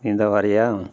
நீ தான் வரியா